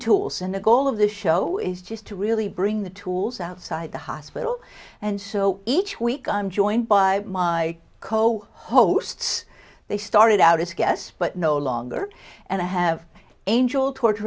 tools and the goal of the show is just to really bring the tools outside the hospital and so each week i'm joined by my co hosts they started out as guests but no longer and i have angel